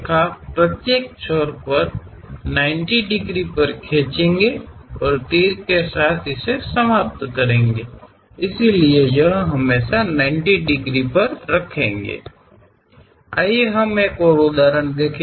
ಮತ್ತು ಪ್ರತಿ ತುದಿಯಲ್ಲಿರುವ ಭಾಗಗಳನ್ನು 90 ಡಿಗ್ರಿಗಳಲ್ಲಿ ಎಳೆಯಲಾಗುತ್ತದೆ ಮತ್ತು ಬಾಣಗಳಿಂದ ಕೊನೆಗೊಳಿಸಲಾಗುತ್ತದೆ ಆದ್ದರಿಂದ ಇದು ಯಾವಾಗಲೂ 90 ಡಿಗ್ರಿಗಳನ್ನು ಹೊಂದಿರುತ್ತದೆ ಇನ್ನೊಂದು ಉದಾಹರಣೆಯನ್ನು ನೋಡೋಣ